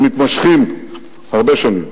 שמתמשכים הרבה שנים.